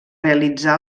realitzar